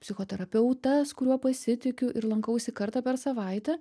psichoterapeutas kuriuo pasitikiu ir lankausi kartą per savaitę